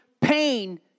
pain